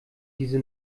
diese